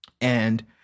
And-